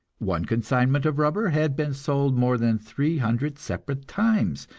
one consignment of rubber had been sold more than three hundred separate times,